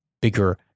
bigger